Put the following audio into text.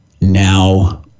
now